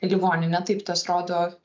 į ligoninę taip tas rodo